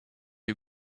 you